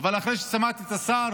אבל אחרי ששמעתי את השר